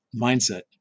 mindset